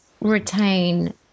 retain